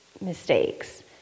mistakes